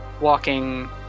walking